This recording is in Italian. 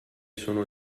sono